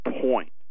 point